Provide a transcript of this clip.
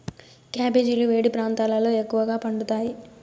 క్యాబెజీలు వేడి ప్రాంతాలలో ఎక్కువగా పండుతాయి